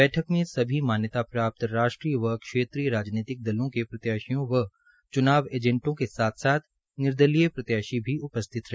बैठक में सभी मान्यता प्राप्त् राष्ट्रीय व श्रेत्रीय राजनीतिक दलों के प्रत्याशियों व चुनाव एजेंटो के साथ साथ निर्दलीय प्रत्याशी भी उपस्थित रहे